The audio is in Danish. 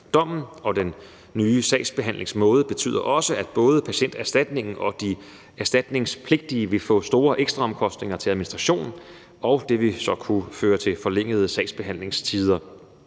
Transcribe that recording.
Dommen og den nye sagsbehandlingsmåde betyder også, at både Patienterstatningen og de erstatningspligtige vil få store ekstraomkostninger til administration, og det vil så kunne føre til forlængede sagsbehandlingstider.